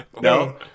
No